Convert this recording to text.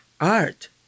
art